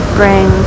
bring